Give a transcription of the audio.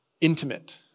intimate